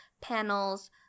panels